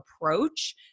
approach